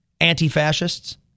Anti-fascists